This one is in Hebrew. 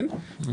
כן,